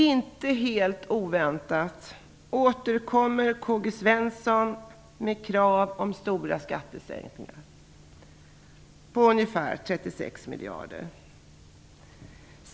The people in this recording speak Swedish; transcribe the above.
Inte helt oväntat återkommer Karl Gösta Svenson med krav på stora skattesänkningar på ungefär 36 miljarder.